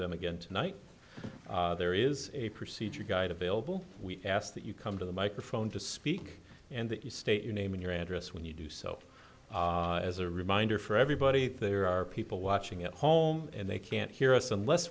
them again tonight there is a procedure guide available we ask that you come to the microphone to speak and that you state your name and your address when you do so as a reminder for everybody there are people watching at home and they can't hear us unless